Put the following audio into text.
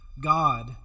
God